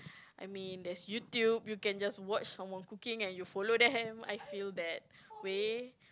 I mean there's YouTube you can just watch someone cooking and you follow them I feel that way